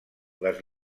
les